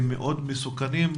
מסוכנים מאוד.